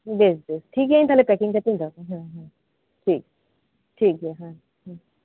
ᱵᱮᱥ ᱵᱮᱥ ᱴᱷᱤᱠ ᱜᱮᱭᱟ ᱛᱟᱦᱞᱮ ᱤᱧ ᱯᱮᱠᱤᱝ ᱠᱟᱛᱮᱜ ᱤᱧ ᱫᱚᱦᱚ ᱠᱟᱜ ᱠᱟᱱᱟ ᱦᱮᱸ ᱦᱮᱸ ᱴᱷᱤᱠ ᱴᱷᱤᱠ ᱜᱮᱭᱟ ᱦᱮᱸ ᱦᱮᱸ